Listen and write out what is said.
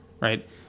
right